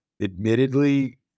Admittedly